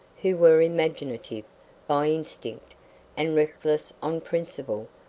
who were imaginative by instinct and reckless on principle,